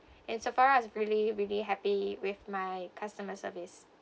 and Sephora has really really happy with my customer service